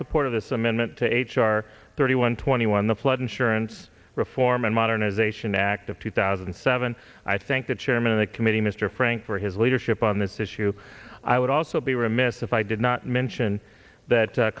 support of this amendment to h r thirty one twenty one the flood insurance reform and modernization act of two thousand and seven i thank the chairman of the committee mr frank for his leadership on this issue i would also be remiss if i did not mention that